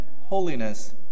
holiness